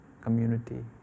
community